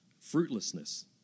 fruitlessness